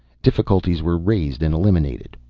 difficulties were raised and eliminated.